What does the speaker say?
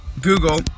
Google